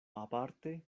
aparte